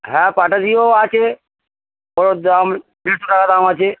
হ্যাঁ পাটাশিও আছে ওর দাম দেড়শো টাকা দাম আছে